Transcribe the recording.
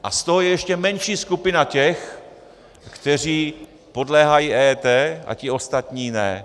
A z toho je ještě menší skupina těch, kteří podléhají EET, a ti ostatní ne.